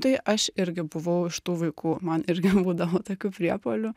tai aš irgi buvau iš tų vaikų man irgi būdavo tokių priepuolių